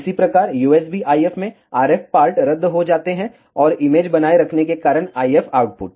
इसी प्रकार USB IF में RF पार्ट रद्द हो जाते हैं और इमेज बनाए रखने के कारण IF आउटपुट